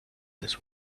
this